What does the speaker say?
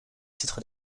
titre